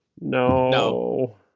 No